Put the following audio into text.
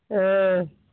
हँ